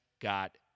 got